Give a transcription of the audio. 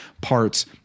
parts